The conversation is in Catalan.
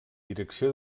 direcció